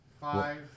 five